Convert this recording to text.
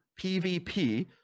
pvp